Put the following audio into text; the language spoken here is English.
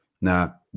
Now